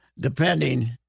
depending